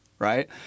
Right